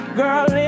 girl